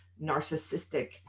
narcissistic